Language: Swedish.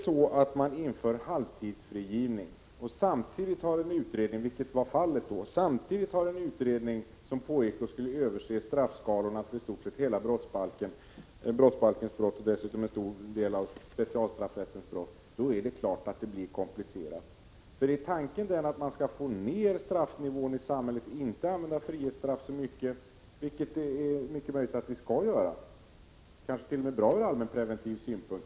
Om man inför halvtidsfrigivning och det samtidigt — vilket då var fallet — pågår en utredning som skall se över straffskalorna för i stort sett hela brottsbalken och dessutom en stor del av specialstraffrättens brott, är det klart att det blir komplicerat. Är tanken att man skall få ned straffnivån i samhället och inte använda frihetsstraff i så stor utsträckning? Det är möjligt att vi skall göra så — det kanske t.o.m. är bra ur allmänpreventiv synpunkt.